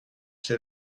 c’est